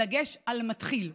בדגש על מתחיל,